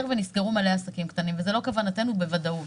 ואכן נסגרו הרבה עסקים קטנים וזאת לא כוונתנו בוודאות.